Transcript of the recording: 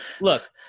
look